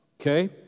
Okay